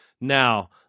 Now